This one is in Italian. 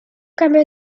cambia